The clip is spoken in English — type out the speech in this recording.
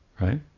right